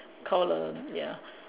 call err ya